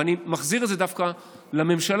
ואני מחזיר את זה דווקא לממשלה,